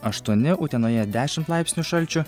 aštuoni utenoje dešimt laipsnių šalčio